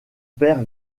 père